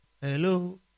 Hello